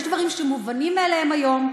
יש דברים שמובנים מאליהם היום,